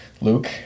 Luke